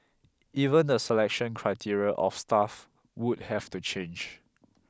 even the selection criteria of staff would have to change